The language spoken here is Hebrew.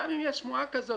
גם אם יש שמועה כזאת,